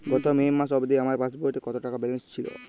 গত মে মাস অবধি আমার পাসবইতে কত টাকা ব্যালেন্স ছিল?